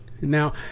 Now